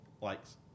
likes